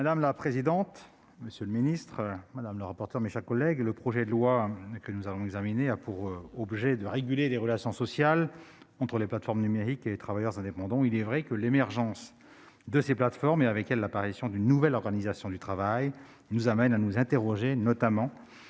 Madame la présidente, monsieur le secrétaire d'État, mes chers collègues, le projet de loi qui nous est soumis a pour objet de réguler les relations sociales entre les plateformes numériques et les travailleurs indépendants. Il est vrai que l'émergence de ces plateformes et, avec elle, l'apparition d'une nouvelle organisation du travail, nous amènent à nous interroger, notamment,